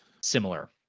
similar